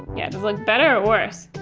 yeah look better, or worse?